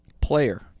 Player